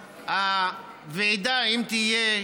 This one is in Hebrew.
שהוועידה, אם תהיה,